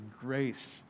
grace